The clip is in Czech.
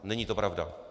Není to pravda!